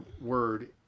word